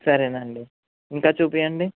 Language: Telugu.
సరే అండి ఇంకా చూపియండి